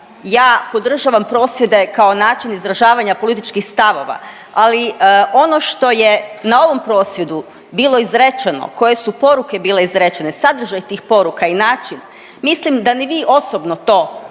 ja podržavam prosvjede kao način izražavanja političkih stavova. Ali ono što je na ovom prosvjedu bilo izrečeno, koje su poruke bile izrečene, sadržaj tih poruka i način mislim da ni vi osobno to